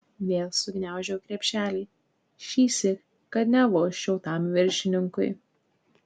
vėl sugniaužiau krepšelį šįsyk kad nevožčiau tam viršininkui